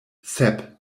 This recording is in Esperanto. sep